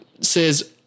says